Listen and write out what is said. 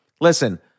listen